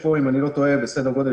לפי מאבחנים מאוד פשוטים שזה מחלות רקע